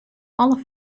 alle